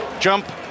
jump